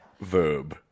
Verb